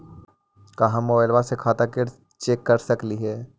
का हम मोबाईल से खाता चेक कर सकली हे?